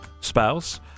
spouse